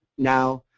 now,